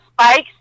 spikes